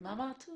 מה אמרת?